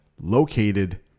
located